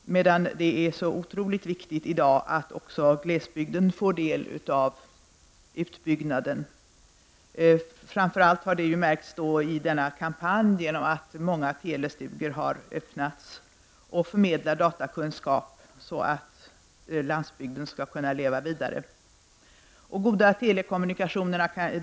Det är otroligt viktigt i dag att också glesbygden får del av utbyggnaden. Framför allt har detta märkts i kampanjen genom att många telestugor har öppnats som förmedlar datakunskap så att landsbygden skall kunna leva vidare.